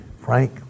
Frank